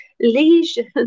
lesion